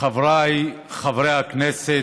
חבריי חברי הכנסת,